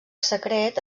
secret